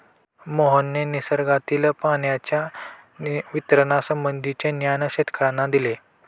मोहनने निसर्गातील पाण्याच्या वितरणासंबंधीचे ज्ञान शेतकर्यांना दिले